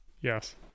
yes